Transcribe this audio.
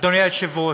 אדוני היושב-ראש,